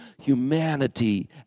humanity